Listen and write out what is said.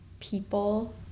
People